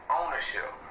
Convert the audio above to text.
ownership